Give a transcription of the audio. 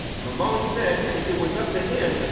mamon said if it was up to him,